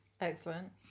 Excellent